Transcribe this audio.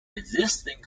existing